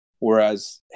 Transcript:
Whereas